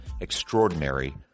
extraordinary